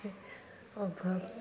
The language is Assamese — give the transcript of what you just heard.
অভাৱ